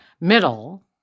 middle